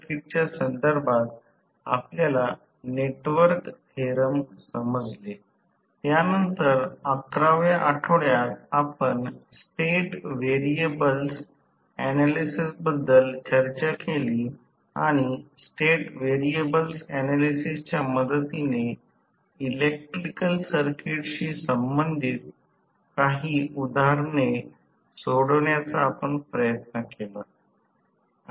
तर जास्तीत जास्त उर्जा आउटपुट हे स्लिप ला परिभाषित केलेल्या समीकरण 42 प्रमाणे दिले जाऊ शकते तथापि हे स्थिती अगदी कमी कार्यक्षमतेच्या आणि खूप मोठ्या विद्युत प्रवाहाशी संबंधित आहे आणि मोटरच्या सामान्य कार्यक्षेत्राच्या पलीकडे आहे